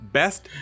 best